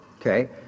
okay